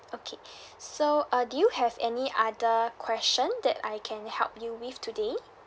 okay so uh do you have any other question that I can help you with today